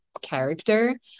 character